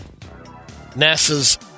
NASA's